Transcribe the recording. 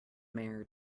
mare